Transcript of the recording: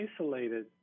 isolated